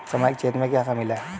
सामाजिक क्षेत्र में क्या शामिल है?